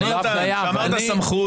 כשאמרת: סמכות,